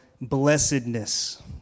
blessedness